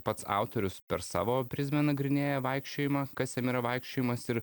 pats autorius per savo prizmę nagrinėja vaikščiojimą kas jam yra vaikščiojimas ir